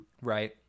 right